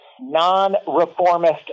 non-reformist